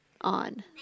on